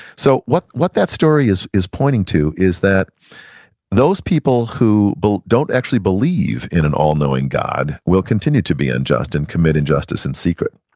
so what what that story is is pointing to is that those people who don't actually believe in an all-knowing god will continue to be unjust and commit injustice in secret.